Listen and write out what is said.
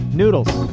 Noodles